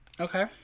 Okay